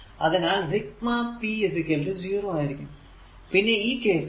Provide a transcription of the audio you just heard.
അതിനാൽ p 0 ആയിരിക്കും ഈ കേസിൽ